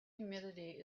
humidity